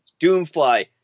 Doomfly